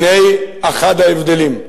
הנה אחד ההבדלים: